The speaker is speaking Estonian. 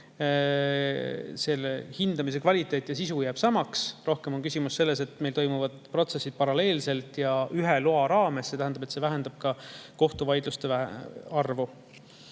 Hindamise kvaliteet ja sisu jääb samaks. Rohkem on küsimus selles, et meil toimuvad protsessid paralleelselt ja ühe loa raames. [Bürokraatia vähendamine] tähendab ka kohtuvaidluste arvu